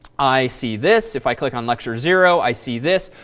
i see this. if i click on lecture zero, i see this.